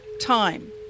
time